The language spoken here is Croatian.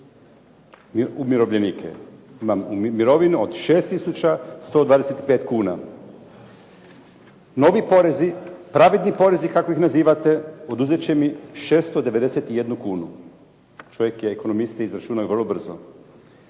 umirovljenike. Imam mirovinu od 6125 kuna. Mnogi porezi, "pravedni porezi" kako ih nazivate, oduzet će mi 691 kunu." Čovjek je ekonomist i izračunao je vrlo brzo.